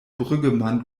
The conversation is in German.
brüggemann